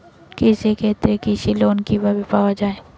কৃষি ক্ষেত্রে কৃষি লোন কিভাবে পাওয়া য়ায়?